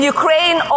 Ukraine